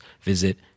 visit